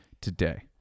today